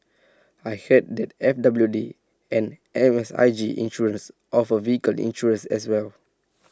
I heard that F W D and M S I G insurance offer vehicle insurance as well